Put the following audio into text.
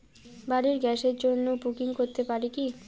বাড়ির গ্যাসের জন্য বুকিং করতে পারি কি?